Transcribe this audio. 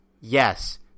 Yes